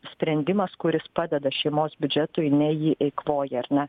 sprendimas kuris padeda šeimos biudžetui ne jį eikvoja ar ne